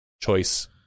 choice